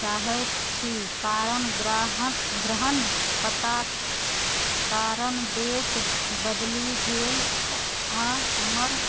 चाहैत छी कारण ग्रहण पता कारण देश बदली गेल आओर हमर